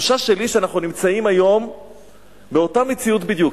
התחושה שלי היא שאנחנו נמצאים היום באותה מציאות בדיוק.